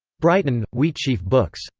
brighton wheatsheaf books.